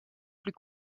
plus